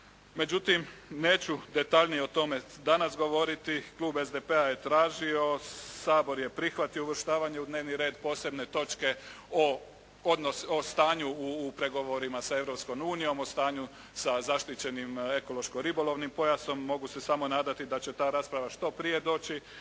Međutim, neću detaljnije o tome danas govoriti. Klub SDP-a je tražio a Sabor je prihvatio uvrštavanje u dnevni red posebne točke o stanju u pregovorima sa Europskom unijom, o stanju sa zaštićenim ekološko-ribolovnim pojasom. Mogu se samo nadati da će ta rasprava što prije doći